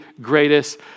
greatest